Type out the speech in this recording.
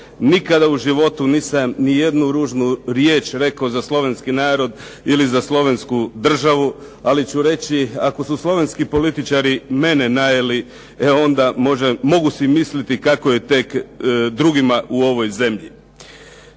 Nikada u životu nisam nijednu ružnu riječ rekao za slovenski narod ili za Slovensku državu ali ću reći ako su slovenski političari mene najeli e onda mogu si misliti kako je tek drugima u ovoj zemlji.